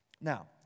Now